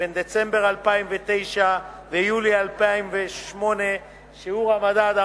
שבין דצמבר 2009 ויולי 2008. שיעור המדד: